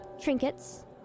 trinkets